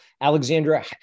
Alexandra